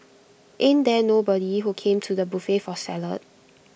ain't there nobody who came to the buffet for salad